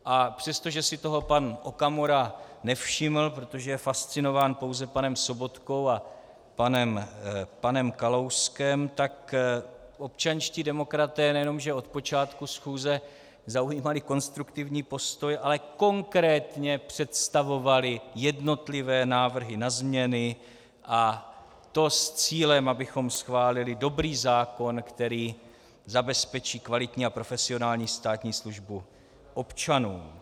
A přestože si toho pan Okamura nevšiml, protože je fascinován pouze panem Sobotkou a panem Kalouskem, tak občanští demokraté nejenom že od počátku schůze zaujímali konstruktivní postoj, ale konkrétně představovali jednotlivé návrhy na změny, a to s cílem, abychom schválili dobrý zákon, který zabezpečí kvalitní a profesionální státní službu občanům.